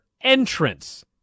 entrance